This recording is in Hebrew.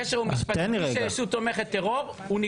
הקשר הוא משפטי, שהישות תומכת טרור.